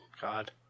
God